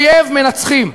אויב מנצחים.